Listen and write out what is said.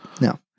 No